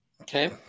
Okay